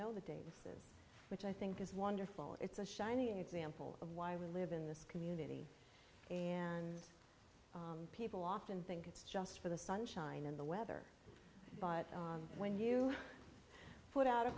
know the date which i think is wonderful it's a shining example of why we live in this community and people often think it's just for the sunshine and the weather but when you put out a